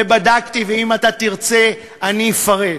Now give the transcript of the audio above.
ואם אתה תרצה אני אפרט,